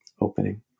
opening